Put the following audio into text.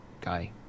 guy